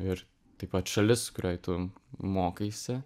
ir taip pat šalis kurioj tu mokaisi